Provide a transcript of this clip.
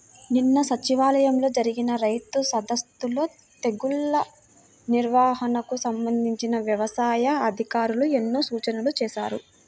నిన్న సచివాలయంలో జరిగిన రైతు సదస్సులో తెగుల్ల నిర్వహణకు సంబంధించి యవసాయ అధికారులు ఎన్నో సూచనలు చేశారు